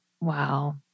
Wow